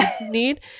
need